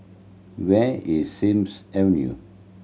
where is Sims Avenue